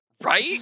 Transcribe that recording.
Right